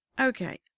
okay